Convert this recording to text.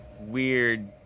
weird